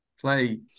play